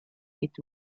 est